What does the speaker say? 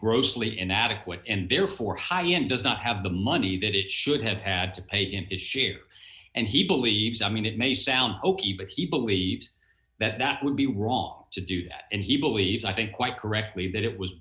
grossly inadequate and therefore high end does not have the money that it should have had to pay in to share and he believes i mean it may sound ok but he believes that that would be wrong to do that and he believes i think quite correctly that it was